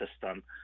system